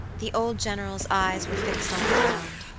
the old general's eyes were fixed on the ground,